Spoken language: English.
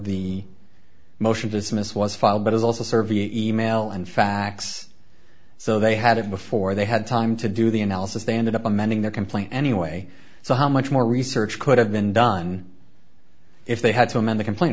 the motion business was filed but as also serve the e mail and fax so they had it before they had time to do the analysis they ended up amending their complaint anyway so how much more research could have been done if they had to amend the complaint